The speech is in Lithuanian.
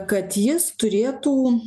kad jis turėtų